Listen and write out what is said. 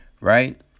Right